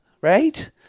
right